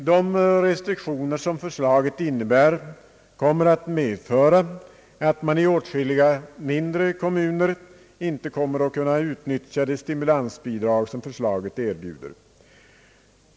De restriktioner som förslaget innebär för med sig att åtskilliga mindre kommuner inte kan utnyttja de stimulansbidrag som förslaget erbjuder.